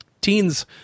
teens